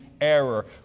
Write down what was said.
error